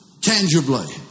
tangibly